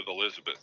Elizabeth